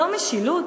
זו משילות?